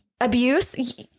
abuse